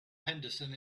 henderson